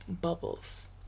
bubbles